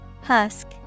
Husk